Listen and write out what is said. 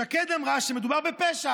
שקד אמרה שמדובר בפשע"